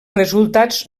resultats